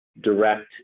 direct